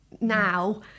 now